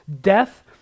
death